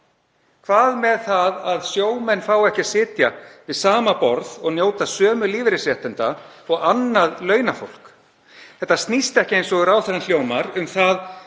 Hvað með það að sjómenn fá ekki að sitja við sama borð og njóta sömu lífeyrisréttinda og annað launafólk? Þetta snýst ekki, eins og ráðherra lætur það